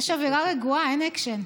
יש אווירה רגועה, אין אקשן.